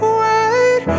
wait